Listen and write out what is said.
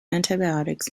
antibiotics